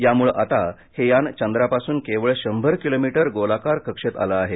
यामुळं आता हे यान चंद्रापासून केवळ शंभर किलोमीटर गोलाकार कक्षेत आलं आहे